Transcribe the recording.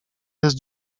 jest